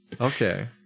Okay